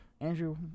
Andrew